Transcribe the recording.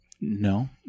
No